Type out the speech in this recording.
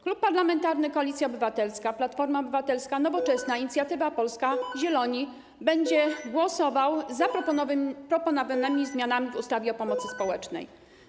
Klub Parlamentarny Koalicja Obywatelska - Platforma Obywatelska, Nowoczesna, Inicjatywa Polska, Zieloni będzie głosował za proponowanymi zmianami w ustawie o pomocy społecznej.